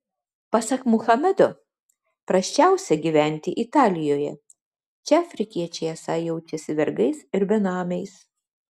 pasak muhamedo prasčiausia gyventi italijoje čia afrikiečiai esą jaučiasi vergais ir benamiais